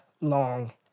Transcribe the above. long